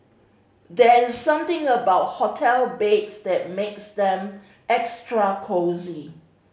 there is something about hotel beds that makes them extra cosy